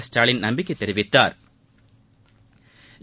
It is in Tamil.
ஸ்டாலின் நம்பிக்கை தெரிவித்தாா்